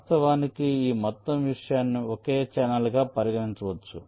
వాస్తవానికి ఈ మొత్తం విషయాన్ని ఒకే ఛానెల్గా పరిగణించవచ్చు